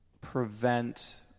prevent